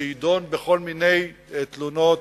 שידון בכל מיני תלונות,